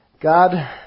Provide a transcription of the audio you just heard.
God